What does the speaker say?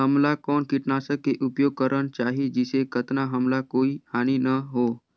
हमला कौन किटनाशक के उपयोग करन चाही जिसे कतना हमला कोई हानि न हो?